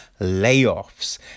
layoffs